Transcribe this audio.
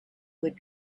would